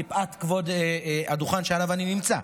מפאת כבוד הדוכן שעליו אני נמצא.